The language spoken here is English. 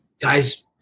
guys